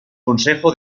consejo